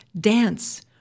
dance